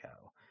go